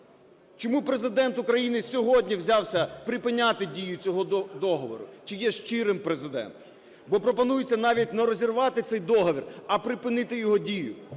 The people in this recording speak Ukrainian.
Чому Президент України сьогодні взявся припиняти дію цього договору? Чи є щирим Президент? Бо пропонується навіть не розірвати цей договір, а припинити його дію.